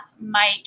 Mike